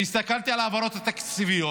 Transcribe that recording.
אני הסתכלתי על ההעברות התקציביות